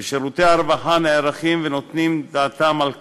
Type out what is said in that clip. ושירותי הרווחה נערכים ונותנים דעתם על כך.